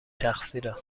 تقصیرم